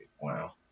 Wow